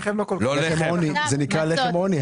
לחם עוני, זה נקרא לחם עוני.